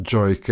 Joy